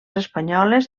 espanyoles